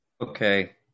Okay